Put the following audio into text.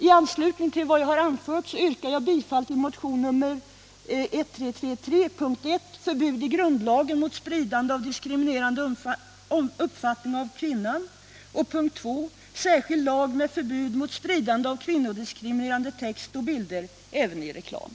I anslutning till vad jag anfört yrkar jag bifall till våra yrkanden i motionen 1976/77:1333 om 1. förbud i grundlagen mot spridande av diskriminerande uppfattningar om kvinnan, 2. särskild lag med förbud mot spridning av kvinnodiskriminerande text och bilder, även i reklam.